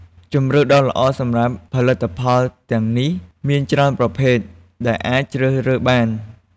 ជម្រើសដ៏ល្អសម្រាប់ផលិតផលទាំងនេះ មានច្រើនប្រភេទដែលអាចជ្រើសរើសបាន។